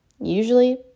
usually